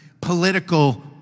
political